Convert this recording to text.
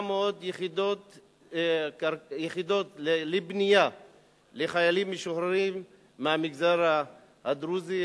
יחידות לבנייה לחיילים משוחררים מהמגזר הדרוזי,